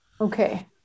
okay